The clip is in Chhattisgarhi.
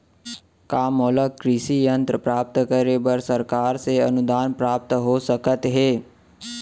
का मोला कृषि यंत्र प्राप्त करे बर सरकार से अनुदान प्राप्त हो सकत हे?